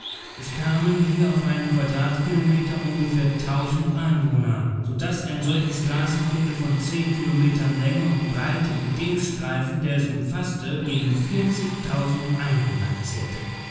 es kamen hier auf einen quadratkilometer ungefähr tausend einwohner so daß ein solches straßenviertel von zehn kilometern länge und breite in dem streifen der es umfaßte gegen vierzigtausend einwohner zählte